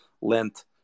lent